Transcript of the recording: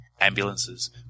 ambulances